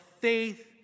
faith